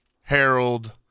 Harold